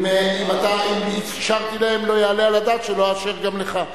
אם אפשרתי להם, לא יעלה על הדעת שלא אאפשר גם לך.